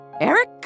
Eric